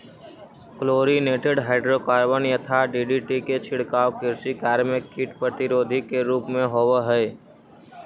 chlorinated hydrocarbon यथा DDT के छिड़काव कृषि कार्य में कीट प्रतिरोधी के रूप में होवऽ हई